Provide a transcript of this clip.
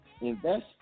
invest